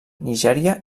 nigèria